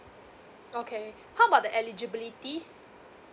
okay how about the eligibility